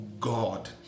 God